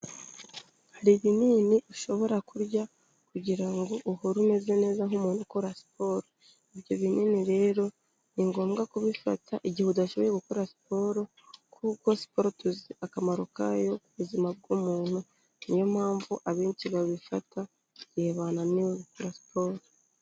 Hari ibinini ushobora kurya kugira ngo uhore umeze neza nk'umuntu ukora siporo. Ibyo binini rero ni ngombwa kubifata igihe udashoboye gukora siporo kuko siporo tuzi akamaro kayo ku buzima bw'umuntu, niyo mpamvu abenshi babifata igihe bananiwe na siporo.